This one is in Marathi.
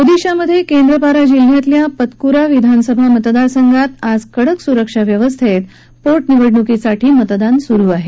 ओदिशामधे केंद्रपाडा जिल्ह्यातल्या पतकुरा विधानसभा मतदारसंघात आज कडक सुरक्षाव्यवस्थेत पोटनिवडणूकीसाठी मतदान सुरु आहे